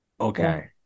Okay